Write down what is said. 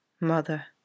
mother